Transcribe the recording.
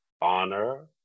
honor